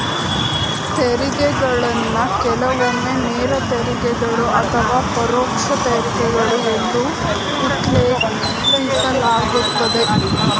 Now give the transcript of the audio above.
ತೆರಿಗೆಗಳನ್ನ ಕೆಲವೊಮ್ಮೆ ನೇರ ತೆರಿಗೆಗಳು ಅಥವಾ ಪರೋಕ್ಷ ತೆರಿಗೆಗಳು ಎಂದು ಉಲ್ಲೇಖಿಸಲಾಗುತ್ತದೆ